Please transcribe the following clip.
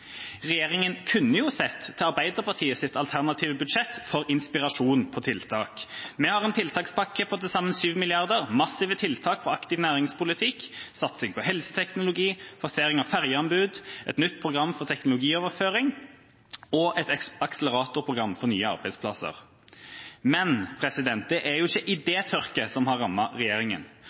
kunne jo sett til Arbeiderpartiets alternative budsjett for inspirasjon til tiltak. Vi har en tiltakspakke på til sammen 7 mrd. kr, massive tiltak for aktiv næringspolitikk, satsing på helseteknologi, forsering av ferjeanbud, et nytt program for teknologioverføring og et akseleratorprogram for nye arbeidsplasser. Men det er ikke